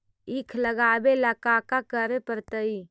ईख लगावे ला का का करे पड़तैई?